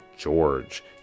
George